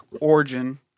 origin